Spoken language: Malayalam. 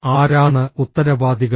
ആരാണ് ഉത്തരവാദികൾ